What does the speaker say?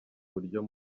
buryo